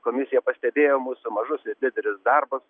komisija pastebėjo mūsų mažus ir didelius darbas